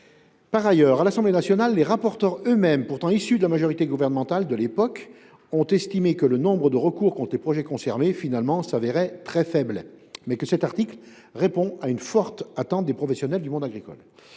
justice ». À l’Assemblée nationale, les rapporteurs eux mêmes, pourtant issus de la majorité gouvernementale de l’époque, ont reconnu que le nombre de recours contre les projets concernés était en réalité très faible, et ont admis que cet article répond surtout à une forte attente des professionnels du monde agricole.